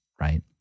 right